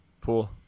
Pool